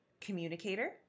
communicator